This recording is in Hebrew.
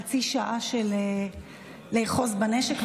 זה חצי שעה של לאחוז בנשק,